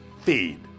Feed